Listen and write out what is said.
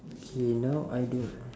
K now I don't know